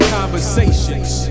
Conversations